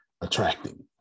attracting